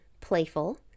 playful